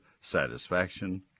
Satisfaction